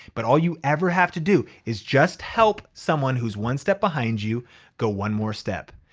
but all you ever have to do, is just help someone who's one step behind you go one more step.